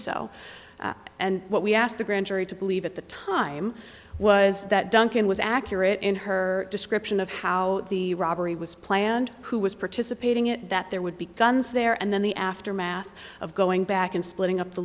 so and what we asked the grand jury to believe at the time was that duncan was accurate in her description of how the robbery was planned who was participating it that there would be guns there and then the aftermath of going back and splitting up the